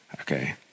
okay